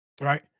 Right